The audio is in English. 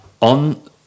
on